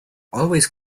always